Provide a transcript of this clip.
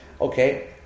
okay